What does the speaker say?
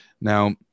now